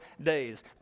days